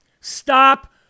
Stop